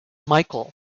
michael